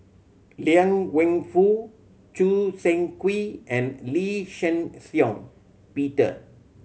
Liang Wenfu Choo Seng Quee and Lee Shih Shiong Peter